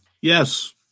Yes